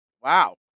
Wow